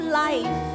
life